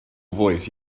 voice